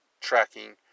tracking